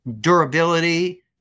Durability